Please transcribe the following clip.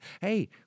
hey